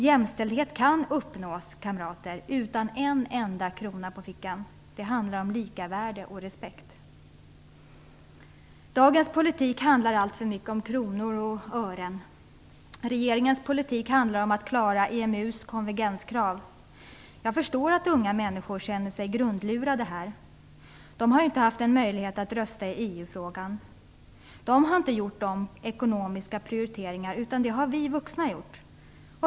Jämställdhet kan uppnås, kamrater, utan en enda krona på fickan. Det handlar om likavärde och respekt. Dagens politik handlar alltför mycket om kronor och ören. Regeringens politik handlar om att klara EMU:s konvergenskrav. Jag förstår att unga människor känner sig grundlurade. De har inte haft en möjlighet att rösta i EU-frågan. De har inte gjort de ekonomiska prioriteringarna, utan det har vi vuxna gjort.